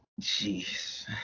Jeez